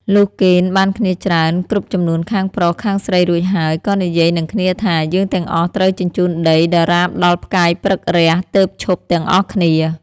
លុះកេណ្ឌបានគ្នាច្រើន គ្រប់ចំនួនខាងប្រុស-ខាងស្រីរួចហើយ ក៏និយាយនិងគ្នាថា «យើងទាំងអស់ត្រូវជញ្ជូនដីដរាបដល់ផ្កាយព្រឹករះ ទើបឈប់ទាំងអស់គ្នា។